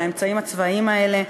מהאמצעים הצבאיים האלה,